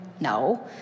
no